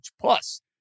Plus